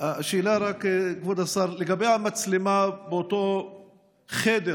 השאלה רק, כבוד השר, לגבי המצלמה באותו חדר